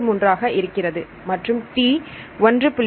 33 ஆக இருக்கிறது மற்றும் T 1